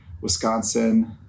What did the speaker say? Wisconsin